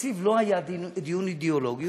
בתקציב לא היה דיון אידיאולוגי,